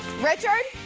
richard,